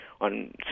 on